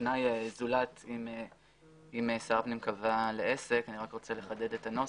התנאי הוא זולת אם שר הפנים קבע לעסק ואני רוצה לחדד את הנוסח.